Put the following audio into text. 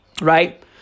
Right